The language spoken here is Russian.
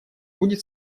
будет